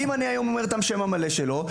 אם אני אגיד את השם המלא שלו,